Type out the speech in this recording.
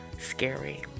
scary